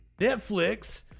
Netflix